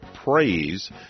Praise